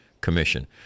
Commission